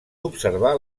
observar